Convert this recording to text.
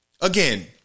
Again